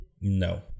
No